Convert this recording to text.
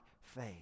faith